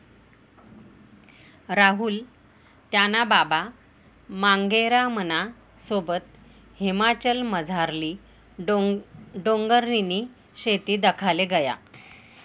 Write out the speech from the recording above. राहुल त्याना बाबा मांगेरामना सोबत हिमाचलमझारली डोंगरनी शेती दखाले गया